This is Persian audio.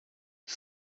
اون